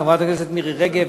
חברת הכנסת מירי רגב,